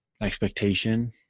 expectation